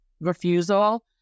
refusal